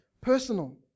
personal